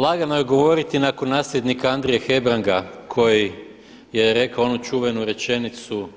Lagano je govoriti nakon nasljednika Andrije Hebranga koji je rekao onu čuvenu rečenicu